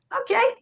okay